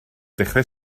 dechrau